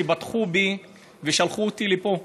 שבטחו בי ושלחו אותי לפה,